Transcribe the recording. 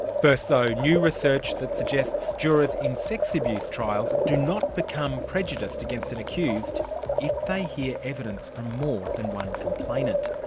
first though, new research that suggests jurors in sex abuse trials do not become prejudiced against an accused if they hear evidence from more than one complainant.